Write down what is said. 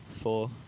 four